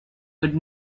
good